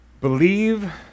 believe